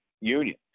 union